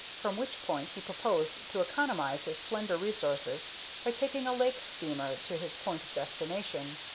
from which point he proposed to economize his slender resources by taking a lake steamer to his point of destination.